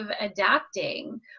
adapting